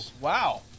wow